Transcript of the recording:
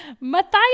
matthias